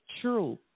true